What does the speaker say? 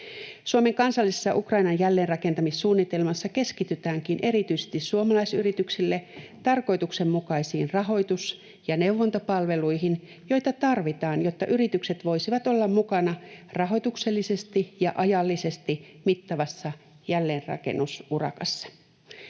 Suomen kansallisessa Ukrainan jälleenrakentamissuunnitelmassa keskitytäänkin erityisesti suomalaisyrityksille tarkoituksenmukaisiin rahoitus- ja neuvontapalveluihin, joita tarvitaan, jotta yritykset voisivat olla mukana rahoituksellisesti ja ajallisesti mittavassa jälleenrakennusurakassa.